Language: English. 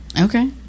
Okay